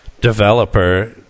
developer